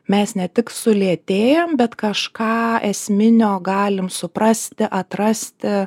mes ne tik sulėtėjam bet kažką esminio galim suprasti atrasti